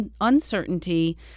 uncertainty